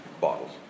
Bottles